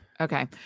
Okay